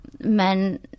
men